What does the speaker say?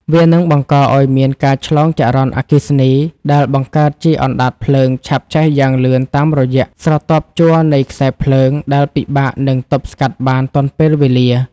វានឹងបង្កឱ្យមានការឆ្លងចរន្តអគ្គិសនីដែលបង្កើតជាអណ្ដាតភ្លើងឆាបឆេះយ៉ាងលឿនតាមរយៈស្រទាប់ជ័រនៃខ្សែភ្លើង ដែលពិបាកនឹងទប់ស្កាត់បានទាន់ពេលវេលា។